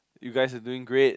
you guys are doing great